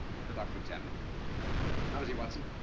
the doctor examine him. how is he, watson?